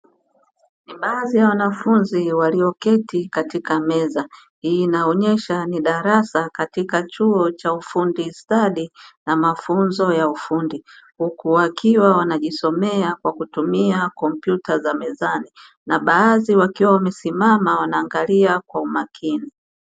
Baadhi ya wanafunzi walioketi katika meza hii inaonesha ni darasa katika chuo cha ufundi stadi na mafunzo ya ufundi, huku wakiwa wanajisomea kwa kutumia kompyuta za mezani na baadhi wakiwa wamesimama wanaangalia kwa umakini.